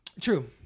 True